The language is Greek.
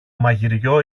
μαγειριό